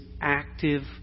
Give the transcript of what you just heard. active